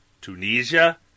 Tunisia